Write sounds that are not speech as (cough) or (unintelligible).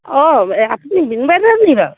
অঁ আপুনি (unintelligible) বাৰু